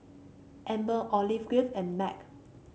Campbell Olive Grove and Mac